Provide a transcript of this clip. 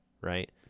right